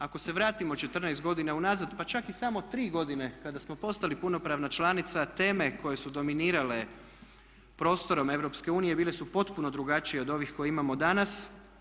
Ako se vratimo 14 godina unazad pa čak i samo 3 godine kada smo postali punopravna članica teme koje su dominirale prostorom EU bile su potpuno drugačije od ovih koje imamo danas.